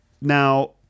Now